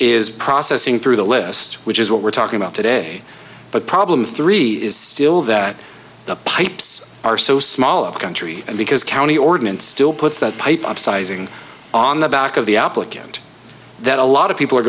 is processing through the list which is what we're talking about today but problem three is still that the pipes are so small a country and because county ordinance still puts that pipe upsizing on the back of the applicant that a lot of people are